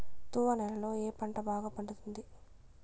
తువ్వ నేలలో ఏ పంట బాగా పండుతుంది?